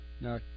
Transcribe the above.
Now